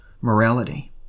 morality